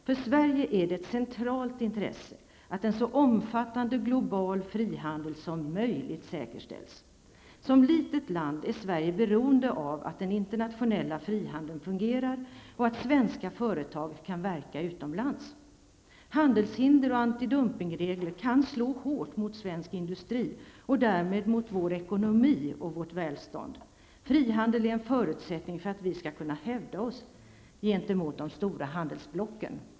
För Sverige är det ett centralt intresse att en så omfattande global frihandel som möjligt säkerställs. Som litet land är Sverige beroende av att den internationella frihandeln fungerar och av att svenska företag kan verka utomlands. Handelshinder och antidumpingsregler kan slå hårt mot svensk industri och därmed mot vår ekonomi och vårt välstånd. Frihandel är en förutsättning för att vi skall kunna hävda oss gentemot de stora handelsblocken.